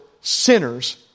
sinners